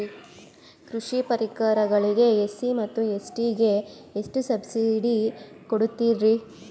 ಕೃಷಿ ಪರಿಕರಗಳಿಗೆ ಎಸ್.ಸಿ ಮತ್ತು ಎಸ್.ಟಿ ಗೆ ಎಷ್ಟು ಸಬ್ಸಿಡಿ ಕೊಡುತ್ತಾರ್ರಿ?